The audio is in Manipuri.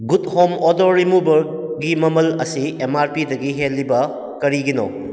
ꯒꯨꯗ ꯍꯣꯝ ꯑꯣꯗꯔ ꯔꯤꯃꯨꯕꯔꯒꯤ ꯃꯃꯜ ꯑꯁꯤ ꯑꯦꯝ ꯃꯥꯔ ꯄꯤꯗꯒꯤ ꯍꯦꯜꯂꯤꯕ ꯀꯔꯤꯒꯤꯅꯣ